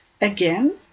Again